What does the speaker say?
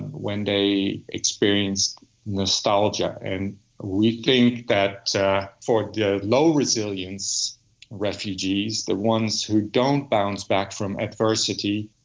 when they experienced nostalgia. and we think that so for the low resilience refugees, the ones who don't bounce back from adversity,